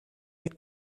mit